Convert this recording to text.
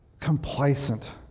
complacent